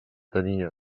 tenia